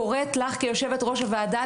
קוראת לך כיושבת ראש הוועדה,